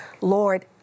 Lord